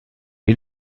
est